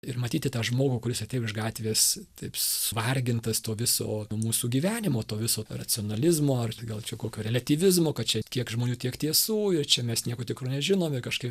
ir matyti tą žmogų kuris atėjo iš gatvės taip suvargintas tuo viso mūsų gyvenimo to viso racionalizmo ar gal čia kokio reliatyvizmo kad čia kiek žmonių tiek tiesų ir čia mes nieko tikro nežinom ir kažkaip